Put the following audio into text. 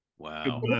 Wow